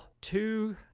two